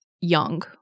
young